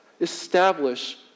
establish